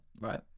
right